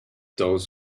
those